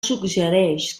suggereix